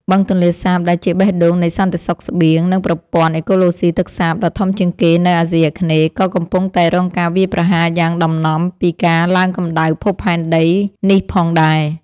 បឹងទន្លេសាបដែលជាបេះដូងនៃសន្តិសុខស្បៀង និងប្រព័ន្ធអេកូឡូស៊ីទឹកសាបដ៏ធំជាងគេនៅអាស៊ីអាគ្នេយ៍ ក៏កំពុងតែរងការវាយប្រហារយ៉ាងដំណំពីការឡើងកម្ដៅភពផែនដីនេះផងដែរ។